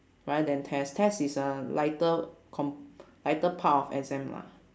rather than test test is a lighter comp~ lighter part of exam lah